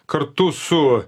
kartu su